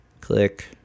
click